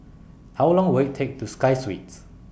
How Long Will IT Take to Walk to Sky Suites